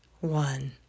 one